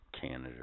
canada